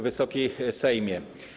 Wysoki Sejmie!